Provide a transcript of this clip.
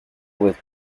with